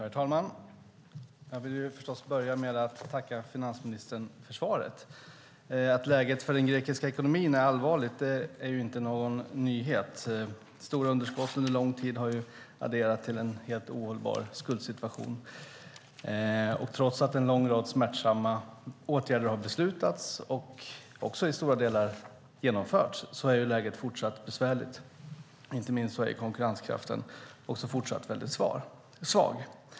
Herr talman! Jag vill förstås börja med att tacka finansministern för svaret. Att läget för den grekiska ekonomin är allvarligt är inte någon nyhet. Stora underskott under lång tid har lett till en helt ohållbar skuldsituation. Och trots att en lång rad smärtsamma åtgärder har beslutats och också i stora delar genomförts är läget fortsatt besvärligt. Inte minst är konkurrenskraften fortsatt väldigt svag.